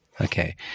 Okay